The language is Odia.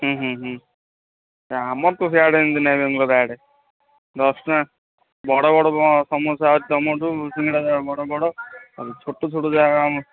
ଆମର ତ ସେଆଡ଼େ ଏମିତି ନାଇ ହୁଏ ଆମର୍ ଗାଁ ଆଡ଼େ ଦଶ୍ ଟଙ୍କା ବଡ଼ ବଡ଼ ସମୋସା ତମଠୁ ସିଙ୍ଗଡ଼ା ବଡ଼ ବଡ଼ ଛୋଟ ଛୋଟ ଜାଗା ଆମର